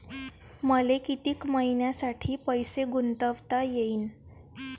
मले कितीक मईन्यासाठी पैसे गुंतवता येईन?